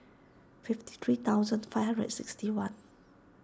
fifty three thousand five hundred and sixty one